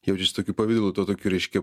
jaučiasi tokiu pavidalu to tokiu reiškia